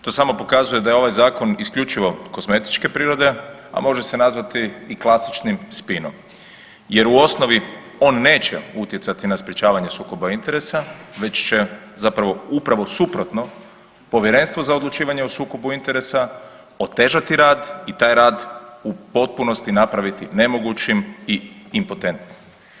To samo pokazuje da je ovaj zakon isključivo kozmetičke prirode, a može se nazvati i klasičnim spinom jer u osnovi on neće utjecati na sprječavanje sukoba interesa već će zapravo upravo suprotno Povjerenstvo za odlučivanje o sukobu interesa otežati rad i taj rad u potpunosti napraviti nemogućim i impotentnim.